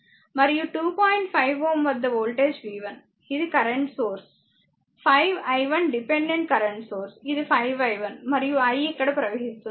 5Ω వద్ద వోల్టేజ్v1 ఇది current source 5 i1 dependent current source ఇది 5 i 1 మరియు i ఇక్కడ ప్రవహిస్తుంది